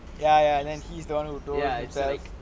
ya ya and then he's the [one] that told himself